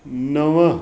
नव